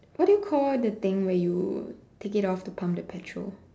what do you call the thing where you take it off to pump the petrol